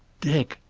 dick!